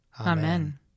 Amen